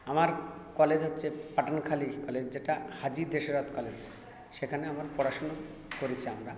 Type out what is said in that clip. আমার কলেজ হচ্ছে পাঠানখালী কলেজ যেটা হাজি দেসরাত কলেজ সেখানে আমার পড়াশোনা করেছি আমরা